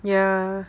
ya